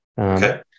Okay